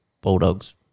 Bulldogs